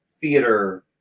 theater